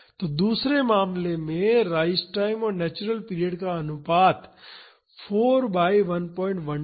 तो दूसरे मामले के लिए राइज टाइम और नेचुरल पीरियड का अनुपात 4 बाई 112 है जो 357 है